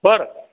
बरं